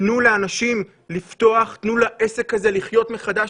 תנו לעסק הזה לחיות מחדש,